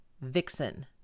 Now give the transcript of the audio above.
Vixen